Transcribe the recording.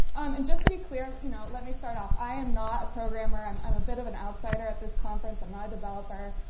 um and just to be clear. you know, let me start off. i am not a programmer. i'm i'm a bit of an outsider at this conference. i'm not a developer.